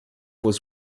was